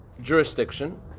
jurisdiction